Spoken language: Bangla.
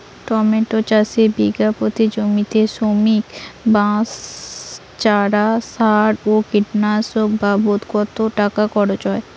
টমেটো চাষে বিঘা প্রতি জমিতে শ্রমিক, বাঁশ, চারা, সার ও কীটনাশক বাবদ কত টাকা খরচ হয়?